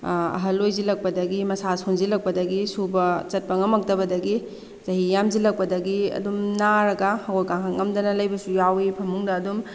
ꯑꯍꯜ ꯑꯣꯏꯁꯤꯜꯂꯛꯄꯗꯒꯤ ꯃꯁꯥ ꯁꯣꯟꯖꯤꯜꯂꯛꯄꯗꯒꯤ ꯁꯨꯕ ꯆꯠꯄ ꯉꯝꯃꯛꯇꯕꯗꯒꯤ ꯆꯍꯤ ꯌꯥꯝꯁꯤꯜꯂꯛꯄꯗꯒꯤ ꯑꯗꯨꯝ ꯅꯥꯔꯒ ꯍꯧꯒꯠ ꯀꯥꯡꯈꯠ ꯉꯝꯗꯅ ꯂꯩꯕꯁꯨ ꯌꯥꯎꯏ ꯐꯃꯨꯡꯗ ꯑꯗꯨꯝ